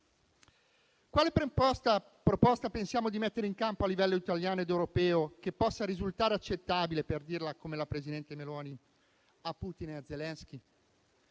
Quale proposta pensiamo di mettere in campo a livello italiano ed europeo che possa risultare accettabile - per dirla come la presidente Meloni - a Putin e a Zelensky?